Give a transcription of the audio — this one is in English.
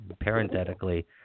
parenthetically